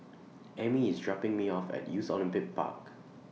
Emmy IS dropping Me off At Youth Olympic Park